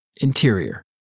Interior